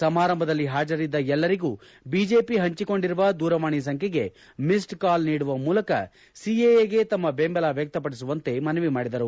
ಸಮಾರಂಭದಲ್ಲಿ ಹಾಜರಿದ್ದ ಎಲ್ಲರಿಗೂ ಬಿಜೆಪಿ ಹಂಚಿಕೊಂಡಿರುವ ದೂರವಾಣಿ ಸಂಖ್ಯೆಗೆ ಮಿಸ್ಡ್ ಕಾಲ್ ಮಾಡುವ ಮೂಲಕ ಸಿಎಎಗೆ ತಮ್ಮ ಬೆಂಬಲ ವ್ಯಕ್ತಪಡಿಸುವಂತೆ ಮನವಿ ಮಾಡಿದರು